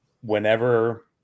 whenever